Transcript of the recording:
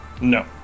No